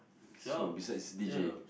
so besides deejay